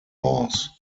laws